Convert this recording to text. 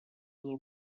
del